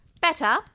Better